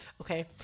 okay